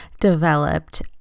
developed